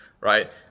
right